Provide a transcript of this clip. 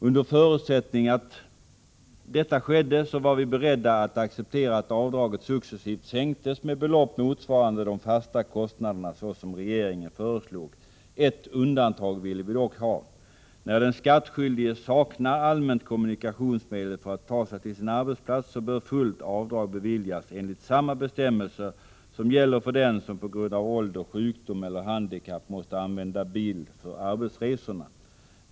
Under förutsättning att detta skedde var vi beredda att acceptera att avdraget successivt sänktes med belopp motsvarande de fasta kostnaderna såsom regeringen föreslog. Ett undantag ville vi dock ha. När den skattskyldige saknar allmänt kommunikationsmedel för att ta sig till sin arbetsplats bör fullt avdrag beviljas enligt samma bestämmelser som gäller för den som på grund av ålder, sjukdom eller handikapp måste använda bil för arbetsresorna.